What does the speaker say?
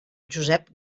josep